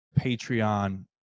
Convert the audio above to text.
Patreon